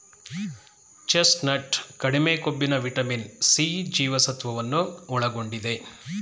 chestnut ಕಡಿಮೆ ಕೊಬ್ಬಿನ vitamin C ಜೀವಸತ್ವವನ್ನು ಒಳಗೊಂಡಿದೆ